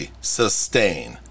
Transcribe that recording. sustain